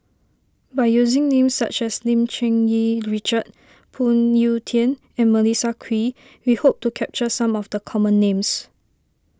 by using names such as Lim Cherng Yih Richard Phoon Yew Tien and Melissa Kwee we hope to capture some of the common names